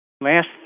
Last